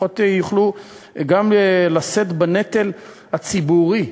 ולפחות הם יוכלו גם לשאת בנטל הציבורי,